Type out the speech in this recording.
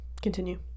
continue